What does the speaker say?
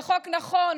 זה חוק נכון,